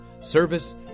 service